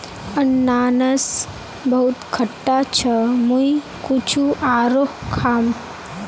अनन्नास बहुत खट्टा छ मुई कुछू आरोह खाम